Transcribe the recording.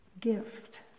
gift